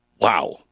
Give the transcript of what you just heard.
Wow